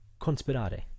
conspirare